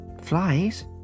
Flies